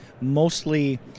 mostly